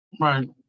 Right